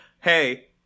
hey